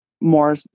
more